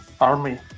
army